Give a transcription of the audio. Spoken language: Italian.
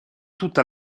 tutta